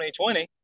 2020